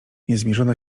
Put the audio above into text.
niezmierzona